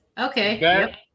Okay